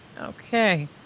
Okay